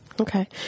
Okay